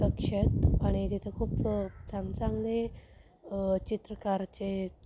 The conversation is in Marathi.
कक्षेत आणि तिथे खूप चांगचांगले चित्रकाराचे